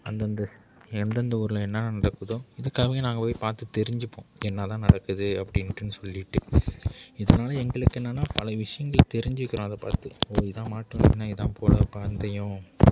அந்தந்த எந்தெந்த ஊரில் என்னென்ன நடக்குதோ இதுக்காகவே நாங்கள் போய் பார்த்து தெரிஞ்சுப்போம் என்னதான் நடக்குது அப்படின்னுட்டு சொல்லிகிட்டு இதனால் எங்களுக்கு என்னென்னா பல விஷயங்கள் தெரிஞ்சுக்கிறோம் அதை பார்த்து இதுதான் மாட்டு வண்டினால் இதுதான் போல் பந்தயம்